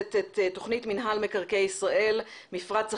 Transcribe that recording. בכנסת את תכנית רשות מקרקעי ישראל, מפרץ החדשנות,